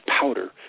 powder